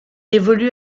évolue